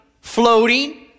floating